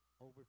over